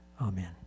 Amen